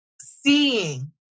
seeing